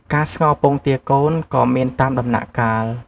ការស្ងោរពងទាកូនក៏មានតាមដំណាក់កាល។